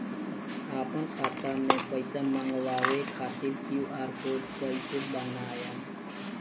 आपन खाता मे पईसा मँगवावे खातिर क्यू.आर कोड कईसे बनाएम?